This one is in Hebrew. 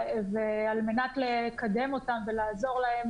ועל מנת לקדם אותן ולעזור להן,